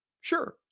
Sure